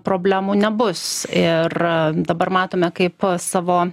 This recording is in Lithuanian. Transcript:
problemų nebus ir dabar matome kaip savo